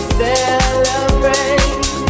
celebrate